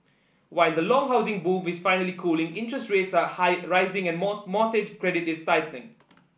while the long housing boom is finally cooling interest rates are high rising and mortgage credit is tightening